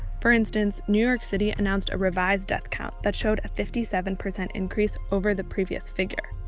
for instance, new york city announced a revised death count that showed a fifty seven percent increase over the previous figure.